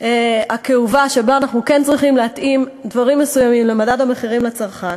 הכאובה שבה אנחנו כן צריכים להתאים דברים מסוימים למדד המחירים לצרכן: